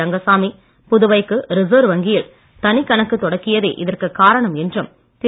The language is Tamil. ரங்கசாமி புதுவைக்கு ரிசர்வ் வங்கியில் தனிக் கணக்கு தொடக்கியதே இதற்கு காரணம் என்றும் திரு